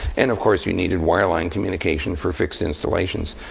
and, of course, we needed wireline communications for fixed installations.